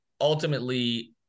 ultimately